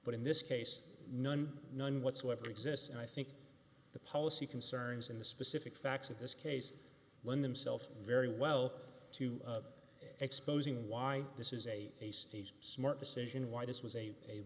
but in this case none none whatsoever exists and i think the policy concerns in the specific facts of this case lend themselves very well to exposing why this is a smart decision why this was a a